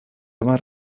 hamar